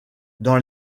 dans